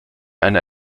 einer